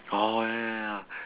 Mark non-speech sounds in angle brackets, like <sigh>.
oh ya ya ya <breath>